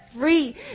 free